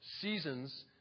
seasons